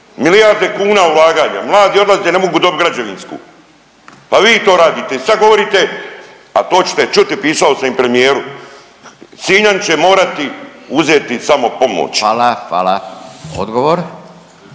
milijarde kuna ulaganja, mladi odlaze ne mogu dobit građevinsku, pa vi to radite i sad govorite, a to ćete čuti pisao sam i premijeru, Sinjani će morati uzeti samopomoć. **Radin, Furio